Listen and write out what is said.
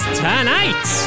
tonight